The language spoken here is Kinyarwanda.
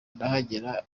nahagera